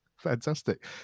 Fantastic